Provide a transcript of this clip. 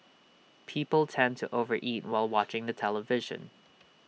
people tend to over eat while watching the television